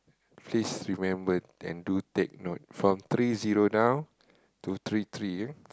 please remember and do take note from three zero now to three three eh